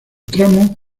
tramos